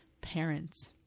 Parents